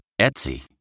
Etsy